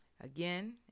again